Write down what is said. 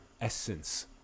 essence